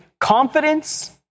confidence